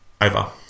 Over